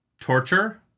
torture